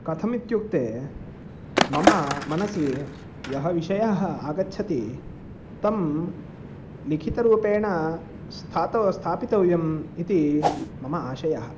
कथमित्युक्ते मम मनसि यः विषयः आगच्छति तं लिखितरूपेण स्थात् स्थापितव्यम् इति मम आशयः